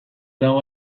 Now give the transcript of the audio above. dago